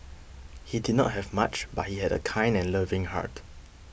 he did not have much but he had a kind and loving heart